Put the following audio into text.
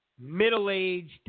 middle-aged